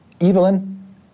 Evelyn